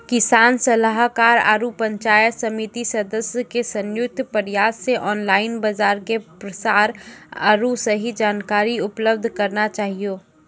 किसान सलाहाकार आरु पंचायत समिति सदस्य के संयुक्त प्रयास से ऑनलाइन बाजार के प्रसार आरु सही जानकारी उपलब्ध करना चाहियो?